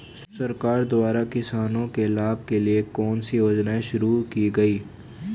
सरकार द्वारा किसानों के लाभ के लिए कौन सी योजनाएँ शुरू की गईं?